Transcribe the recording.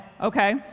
okay